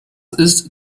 ist